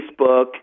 Facebook